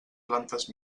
plantes